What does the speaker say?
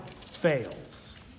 fails